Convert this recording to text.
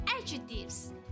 adjectives